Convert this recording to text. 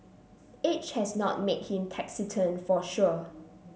age has not made him taciturn for sure